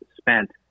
spent